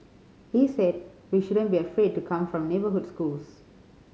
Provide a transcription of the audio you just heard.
he said we shouldn't be afraid to come from neighbourhood schools